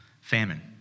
famine